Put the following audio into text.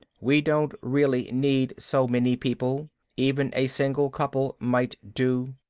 we don't really need so many people even a single couple might do.